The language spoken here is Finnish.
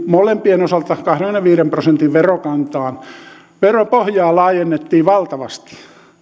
molempien osalta kahdenkymmenenviiden prosentin verokantaan veropohjaa laajennettiin valtavasti